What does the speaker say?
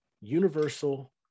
universal